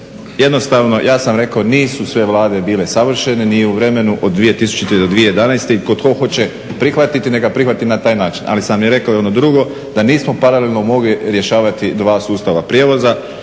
jednostavno ja sam rekao nisu sve vlade bile savršene ni u vremenu od 2000.do 2011.i tko hoće prihvatiti neka prihvati na taj način. Ali sam rekao i ono drugo da nismo paralelno mogli rješavati dva sustava prijevoza,